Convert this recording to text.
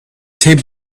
taped